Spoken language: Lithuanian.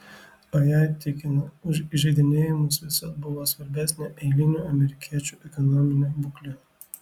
o jai tikina už įžeidinėjimus visad buvo svarbesnė eilinių amerikiečių ekonominė būklė